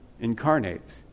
incarnate